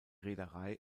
reederei